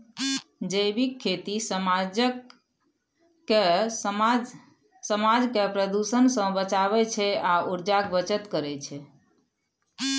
जैबिक खेती समाज केँ प्रदुषण सँ बचाबै छै आ उर्जाक बचत करय छै